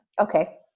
Okay